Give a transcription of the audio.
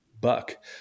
buck